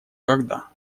когда